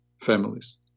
families